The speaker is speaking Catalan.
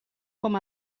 com